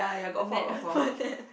the net one that